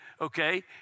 Okay